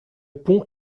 pont